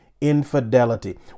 Infidelity